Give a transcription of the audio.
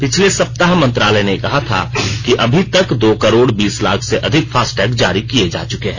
पिछले सप्ताह मंत्रालय ने कहा था कि अभी तक दो करोड़ बीस लाख से अधिक फास्टैग जारी किये जा चुके हैं